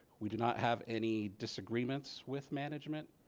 we do not have any disagreements with management.